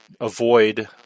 avoid